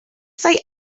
say